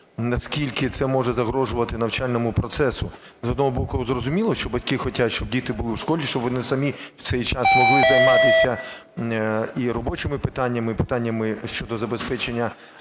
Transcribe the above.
наскільки це може загрожувати навчальному процесу. З одного боку, зрозуміло, що батьки хочуть, щоб діти були в школі, щоб вони самі в цей час могли займатися і робочими питаннями, і питаннями щодо забезпечення